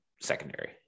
secondary